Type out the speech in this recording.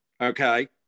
okay